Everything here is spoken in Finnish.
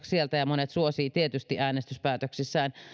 sieltä ja monet suosivat tietysti äänestyspäätöksissään